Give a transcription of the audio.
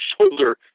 shoulder